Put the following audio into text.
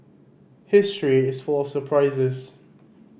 history is full of surprises